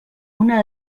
una